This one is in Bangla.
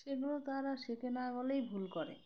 সেগুলো তারা শেখে না বলেই ভুল করে